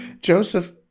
joseph